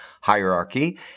hierarchy